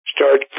start